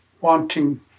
wanting